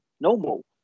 normal